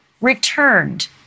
returned